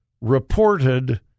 reported